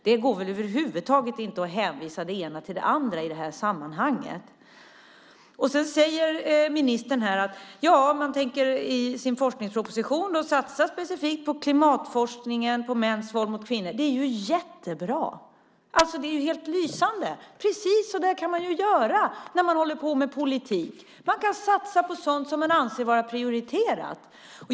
Det går väl över huvud taget inte att hänvisa det ena till det andra i detta sammanhang. Ministern säger att man i forskningspropositionen tänker satsa specifikt på klimatforskningen och på mäns våld mot kvinnor. Det är jättebra! Lysande! Precis så kan man göra när man håller på med politik. Man kan satsa på sådant som man anser vara prioriterat.